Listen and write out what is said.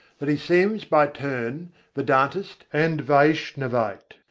that he seems by turns vedantist and vaishnavite,